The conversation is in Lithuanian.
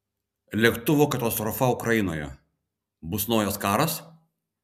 lėktuvo katastrofa ukrainoje bus naujas karas